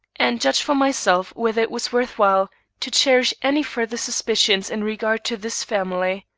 and judge for myself whether it was worth while to cherish any further suspicions in regard to this family.